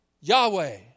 Yahweh